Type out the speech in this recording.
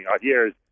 years